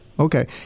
Okay